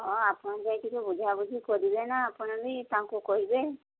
ହଁ ଆପଣ ଯାଇ ଟିକିଏ ବୁଝାବୁଝି କରିବେ ନା ଆପଣ ବି ତାଙ୍କୁ କହିବେ